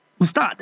Ustad